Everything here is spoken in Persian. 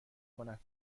کند